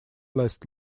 last